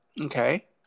Okay